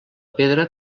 pedra